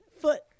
foot